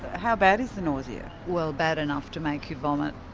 how bad is the nausea? well bad enough to make you vomit.